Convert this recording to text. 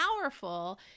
powerful